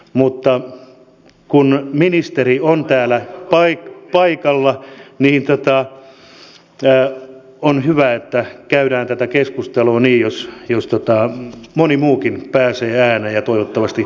mutta kun ministeri on täällä paikalla on hyvä että käydään tätä keskustelua niin että moni muukin pääsee ääneen ja toivottavasti näkee